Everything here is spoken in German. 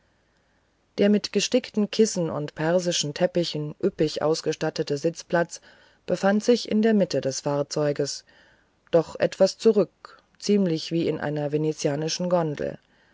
der mit gestickten kissen und persischen teppichen üppig ausgestattete sitzplatz befand sich in der mitte des fahrzeuges doch etwas zurück ziemlich wie in einer venezianischen gondel